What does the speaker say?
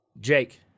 Jake